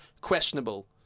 Questionable